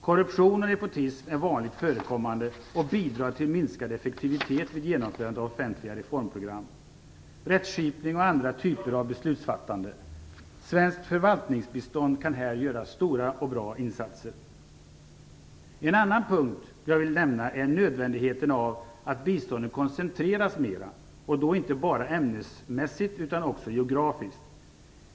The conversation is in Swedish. Korruption och nepotism är vanligt förekommande och bidrar till minskad effektivitet vid genomförandet av offentliga reformprogram, vid rättsskipning och andra typer av beslutsfattande. Svenskt förvaltningsbistånd kan här göra stora och bra insatser. En annan punkt som jag vill nämna är nödvändigheten av att biståndet koncentreras mera och då inte bara ämnesmässigt utan också geografiskt.